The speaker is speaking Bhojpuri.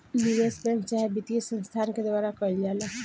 निवेश बैंक चाहे वित्तीय संस्थान के द्वारा कईल जाला